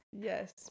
Yes